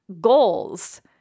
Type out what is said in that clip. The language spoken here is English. Goals